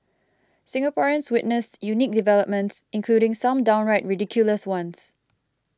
Singaporeans witnessed unique developments including some downright ridiculous ones